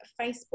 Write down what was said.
Facebook